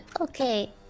Okay